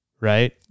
right